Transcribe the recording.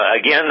again